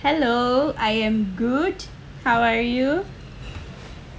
hello I am good how are you